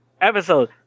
Episode